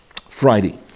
Friday